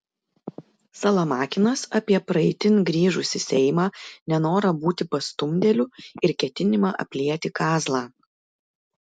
salamakinas apie praeitin grįžusį seimą nenorą būti pastumdėliu ir ketinimą aplieti kazlą